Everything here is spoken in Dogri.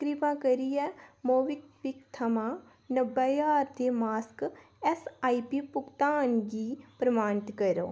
कृपा करियै मोबीक्विक थमां नब्बै ज्हार दे मासक ऐस्सआईपी भुगतान गी प्रमाणत करो